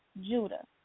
Judah